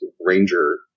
ranger